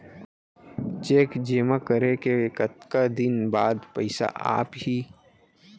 Cheque जेमा करें के कतका दिन बाद पइसा आप ही?